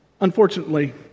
Unfortunately